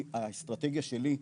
כי האסטרטגיה שלי,